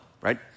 right